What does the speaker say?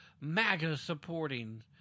MAGA-supporting